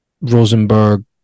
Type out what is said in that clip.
Rosenberg